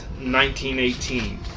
1918